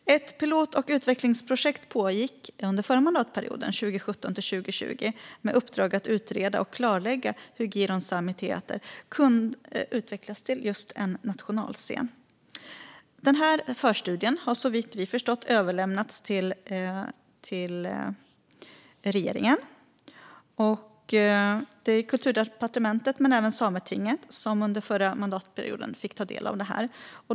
Ett pilot och utvecklingsprojekt pågick under förra mandatperioden, 2017-2020, med uppdrag att utreda och klarlägga hur Giron Sámi Teáhter kan utvecklas till en samisk nationalscen. En förstudie har såvitt vi förstått överlämnats till regeringen. Det var Kulturdepartementet men även Sametinget som under förra mandatperioden fick ta del av den.